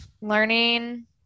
learning